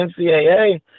NCAA –